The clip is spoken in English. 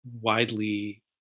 widely